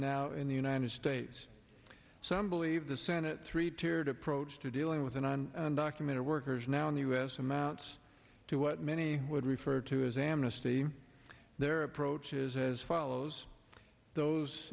now in the united states some believe the senate three tiered approach to dealing with an undocumented workers now in the u s amounts to what many would refer to as amnesty their approach is as follows those